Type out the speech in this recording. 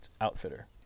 outfitter